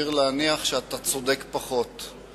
סביר להניח שאתה צודק פחות.